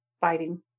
fighting